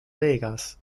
vegas